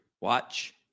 Watch